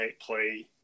play